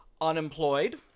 Unemployed